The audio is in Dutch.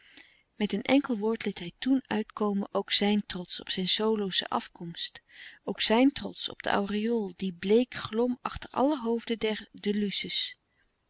met een enkel woord liet hij toen uitkomen ook zijn trots op zijn solosche afkomst ook zijn trots op den aureool die bleek glom achter alle hoofden der de